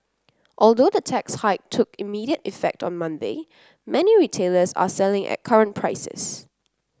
although the tax hike took immediate effect on Monday many retailers are selling at current prices